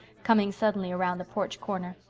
coming suddenly around the porch corner.